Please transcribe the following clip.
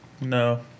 No